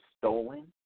stolen